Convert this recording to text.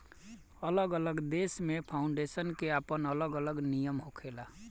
अलग अलग देश में फाउंडेशन के आपन अलग अलग नियम होखेला